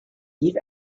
eve